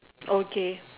okay